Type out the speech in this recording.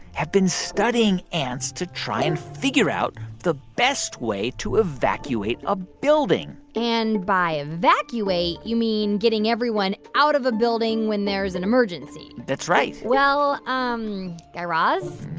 have been studying ants to try and figure out the best way to evacuate a building and by evacuate, you mean getting everyone out of a building when there is an emergency that's right well, um guy raz?